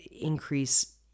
increase